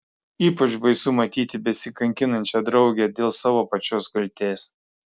ypač baisu matyti besikankinančią draugę dėl savo pačios kaltės